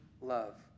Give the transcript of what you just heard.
love